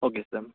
okay sir